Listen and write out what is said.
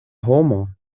homo